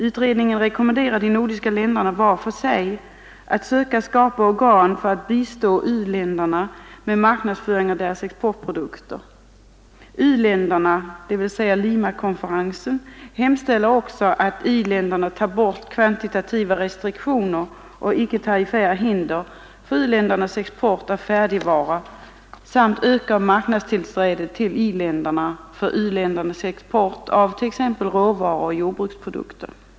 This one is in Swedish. Utredningen rekommenderar de nordiska länderna var för sig att söka skapa organ för att bistå u-länderna med marknadsföring av deras exportprodukter. U-länderna — Limakonferensen — hemställer också att i-länderna tar bort kvantitativa restriktioner och icke-tariffära hinder för u-ländernas export av färdigvaror samt ökar marknadstillträdet till i-länderna för u-ländernas export av råvaror och jordbruksprodukter.